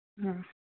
ಹಾಂ